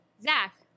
Zach